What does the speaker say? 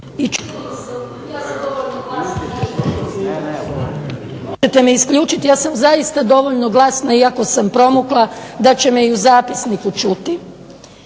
ja sam zaista dovoljno glasna iako sam promukla da će me i u zapisniku čuti.